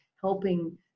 helping